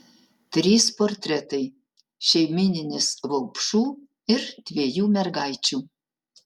trys portretai šeimyninis vaupšų ir dviejų mergaičių